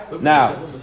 Now